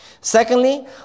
Secondly